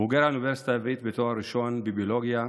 בוגר האוניברסיטה העברית בתואר ראשון בביולוגיה,